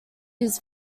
his